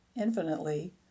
infinitely